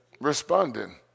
Responding